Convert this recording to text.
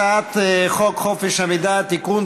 הצעת חוק חופש המידע (תיקון,